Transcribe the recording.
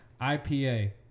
IPA